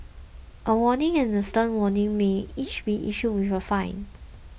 a warning and a stern warning may each be issued with a fine